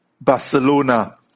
Barcelona